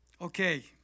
Okay